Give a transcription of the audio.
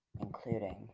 including